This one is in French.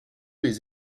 les